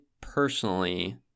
personally